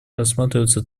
рассматриваться